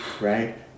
right